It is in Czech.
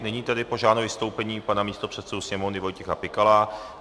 Nyní tedy požádám o vystoupení pana místopředsedu Sněmovny Vojtěcha Pikala.